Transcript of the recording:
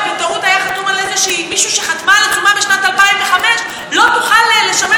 מישהי שחתמה על עצומה בשנת 2005 לא תוכל לשמש בוועדה משותפת